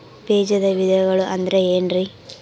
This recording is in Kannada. ಬೇಜದ ವಿಧಗಳು ಅಂದ್ರೆ ಏನ್ರಿ?